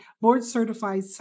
board-certified